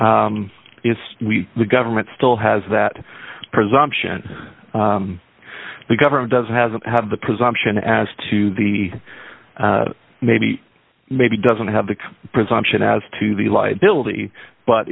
we the government still has that presumption the government doesn't hasn't have the presumption as to the maybe maybe doesn't have the presumption as to the liability but